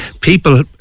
People